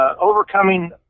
overcoming